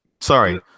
Sorry